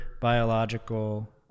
biological